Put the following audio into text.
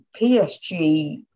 PSG